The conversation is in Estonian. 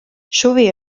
suvi